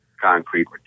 concrete